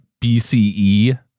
BCE